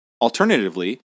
Alternatively